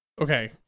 Okay